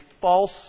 false